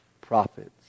prophets